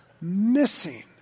missing